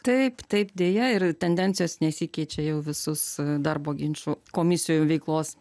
taip taip deja ir tendencijos nesikeičia jau visus darbo ginčų komisijų veiklos